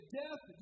death